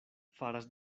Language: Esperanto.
faras